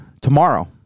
tomorrow